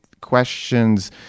questions